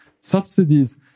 Subsidies